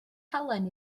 halen